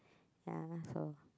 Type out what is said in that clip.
ya so